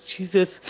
Jesus